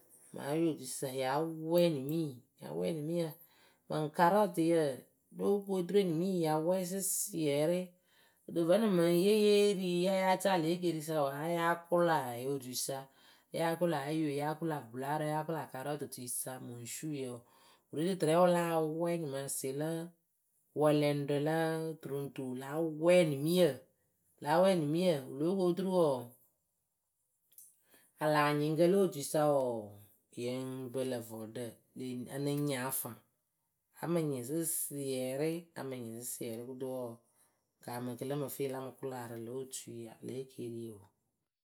mɨ ayotuisa yáa wɛɛ nimii, yáa wɛɛ nimiyǝ. Mɨŋ karɔtɨyǝ, lóo ku oturu enimii ya wɛɛ sɨsiɛrɩ Kɨto mɨŋ vǝ́nɨŋ ye yée rii ya yáa caa lě ekeeriisa wǝ́ ya yáa kʊlaa yɨ otuisa, yáa kʊla ayoe, yáa kʊla bʊlaarǝ, yáa kʊla karɔtɨtuisa mɨŋ suuyǝ wɔɔ, wɨ rii rɨ tɨrɛ wɨ láa wɛɛ nyɩmaasɩɩ lǝ. wɛlɛŋɖǝ lǝǝ tu ru ŋ tu wɨ láa wɛɛ nimiyǝ, láa wɛɛ nimiyǝ wɨ lóo ku oturu wɔɔ, alaanyɩŋkǝ lo otuisa wɔɔ, yɨŋ pǝ lǝ̈ vɔɖǝ, le a nɨŋ nyɩŋ a faŋ. Áa mɨ nyɩŋ sɨsiɛrɩ, áa mɨ nyɩŋ sɨsiɛrɩ, kɨto wɔɔ, wɨ kaamɨ kɨ lǝ mɨ fɨ yɨ la mɨ kʊla rɨ lǒ otui, lě ekeeriyoo.